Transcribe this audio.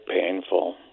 painful